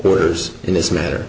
orders in this matter